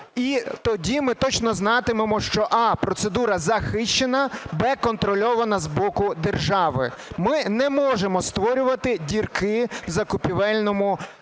І тоді ми точно знатимемо, що а) процедура захищена, б) контрольована з боку з держави. Ми не можемо створювати дірки в закупівельному законі.